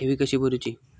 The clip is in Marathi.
ठेवी कशी भरूची?